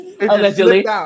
Allegedly